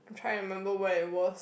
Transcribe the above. try and remember where it was